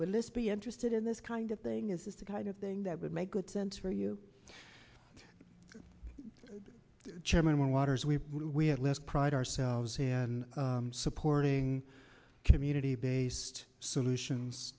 willis be interested in this kind of thing is this the kind of thing that would make good sense for you chairman waters we we have left pride ourselves in supporting community based solutions